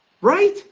Right